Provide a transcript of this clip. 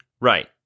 Right